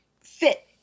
fit